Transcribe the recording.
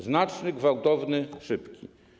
Znaczny, gwałtowny i szybki.